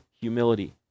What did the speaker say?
humility